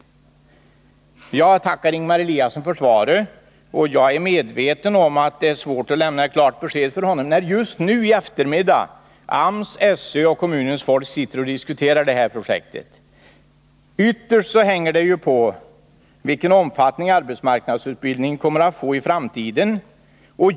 Jag tackar Ingemar Eliasson för svaret, och jag är medveten om att det är svårt att lämna ett klart besked. Just nu i eftermiddag sitter AMS, SÖ och kommunens folk och diskuterar detta projekt. Ytterst hänger det på vilken omfattning arbetsmarknadsutbildningen kommer att få i framtiden.